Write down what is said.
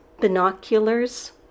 binoculars